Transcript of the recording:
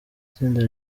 itsinda